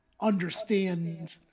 understand